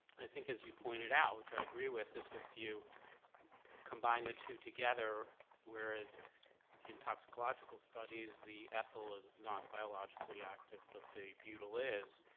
i think as you pointed out, which i agree with, is if you combine the two together whereas in toxicological studies the ethyl is not biologically active but the butyl is,